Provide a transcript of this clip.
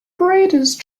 greatest